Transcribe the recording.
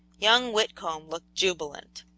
young whitcomb looked jubilant.